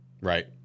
right